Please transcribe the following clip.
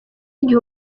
gihe